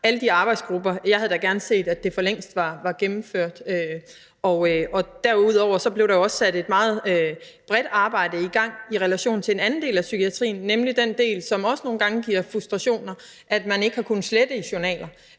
alle de arbejdsgrupper, der har været – havde jeg da gerne set, at det for længst var gennemført. Derudover blev der jo også sat et meget bredt arbejde i gang i relation til en anden del af psykiatrien, nemlig den del, som også nogle gange giver frustrationer, altså at man ikke har kunnet slette i journaler,